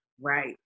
Right